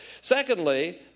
Secondly